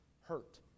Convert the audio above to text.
hurt